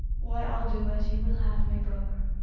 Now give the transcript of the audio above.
why, i'll do as you will have me, brother.